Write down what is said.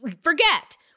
forget